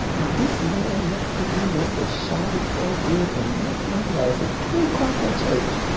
and this man next to me must've shouted so good and knocked my glasses clean across that church.